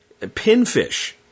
Pinfish